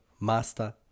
Master